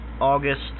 August